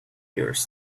yours